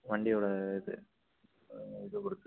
வண்டியோடய இது இதை பொறுத்து